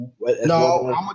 No